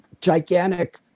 gigantic